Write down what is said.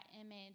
image